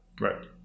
Right